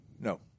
No